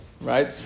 right